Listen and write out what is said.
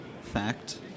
fact